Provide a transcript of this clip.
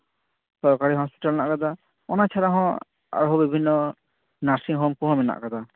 ᱚᱱᱟ ᱪᱷᱟᱲᱟ ᱦᱚᱸ ᱟᱨᱦᱚᱸ ᱵᱤᱵᱷᱤᱱᱱᱚ ᱱᱟᱨᱥᱤᱝᱦᱳᱢ ᱠᱚᱦᱚᱸ ᱢᱮᱱᱟᱜ ᱠᱟᱫᱟ